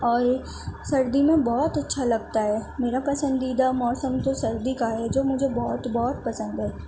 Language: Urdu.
اور یہ سردی میں بہت اچھا لگتا ہے میرا پسندیدہ موسم تو سردی کا ہے جو مجھے بہت بہت پسند ہے